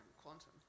Quantum